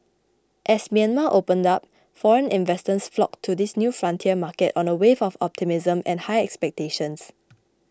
as Myanmar opened up foreign investors flocked to the new frontier market on a wave of optimism and high expectations